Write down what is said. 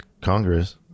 Congress